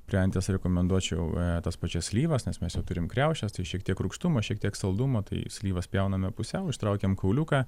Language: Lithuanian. prie anties rekomenduočiau tas pačias slyvas nes mes jau turim kriaušes tai šiek tiek rūgštumo šiek tiek saldumo tai slyvas pjauname pusiau ištraukiam kauliuką